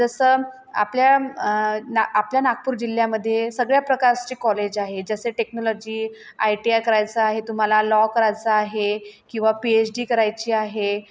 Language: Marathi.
जसं आपल्या ना आपल्या नागपूर जिल्ह्यामध्ये सगळ्या प्रकारचे कॉलेज आहे जसे टेक्नॉलॉजी आय टी आय करायचं आहे तुम्हाला लॉ करायचा आहे किंवा पी एच डी करायची आहे